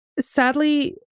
Sadly